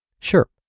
Sure